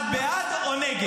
נו באמת, באמת.